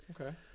Okay